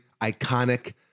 iconic